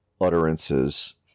utterances